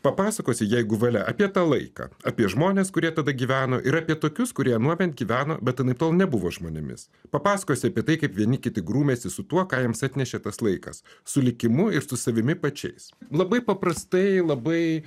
papasakosiu jeigu valia apie tą laiką apie žmones kurie tada gyveno ir apie tokius kurie anuomet gyveno bet anaiptol nebuvo žmonėmis papasakosiu apie tai kaip vieni kiti grūmėsi su tuo ką jiems atnešė tas laikas su likimu ir su savimi pačiais labai paprastai labai